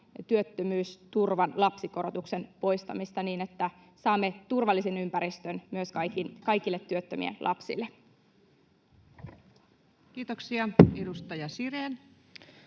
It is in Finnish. työttömyysturvan lapsikorotuksen poistamista, niin että saamme turvallisen ympäristön myös kaikille työttömien lapsille. [Speech 23] Speaker: